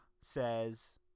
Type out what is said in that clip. says